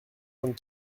vingt